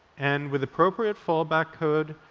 and with appropriate fallback code,